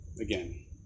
again